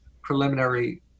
preliminary